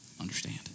understand